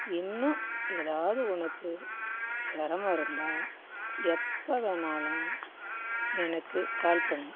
இன்னும் ஏதாவது உனக்கு சிரமம் இருந்தால் எப்போ வேணாலும் எனக்கு கால் பண்ணு